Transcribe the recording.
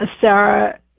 Sarah